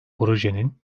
projenin